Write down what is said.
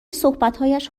صحبتهایش